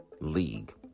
league